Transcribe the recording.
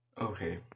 Okay